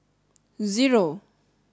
zero